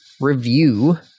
review